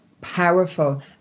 powerful